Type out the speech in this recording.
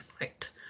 right